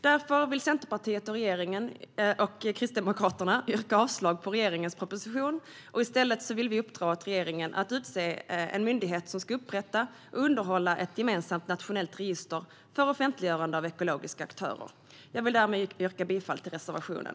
Därför vill Centerpartiet och Kristdemokraterna yrka avslag på regeringens proposition. Vi vill i stället uppdra åt regeringen att utse en myndighet som ska upprätta och underhålla ett gemensamt nationellt register för offentliggörande av ekologiska aktörer. Jag vill därmed yrka bifall till reservationen.